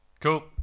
Cool